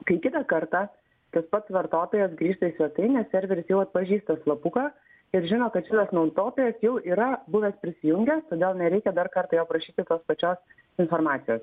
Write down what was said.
kai kitą kartą tas pats vartotojas grįžta į svetainę serveris jau atpažįsta slapuką ir žino kad šitas naudotojas jau yra buvęs prisijungęs todėl nereikia dar kartą jo prašyti tos pačios informacijos